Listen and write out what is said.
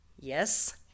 Yes